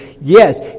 Yes